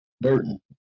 Burton